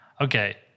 Okay